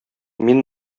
мин